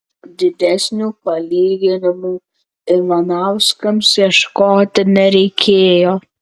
didesnių palyginimų ivanauskams ieškoti nereikėjo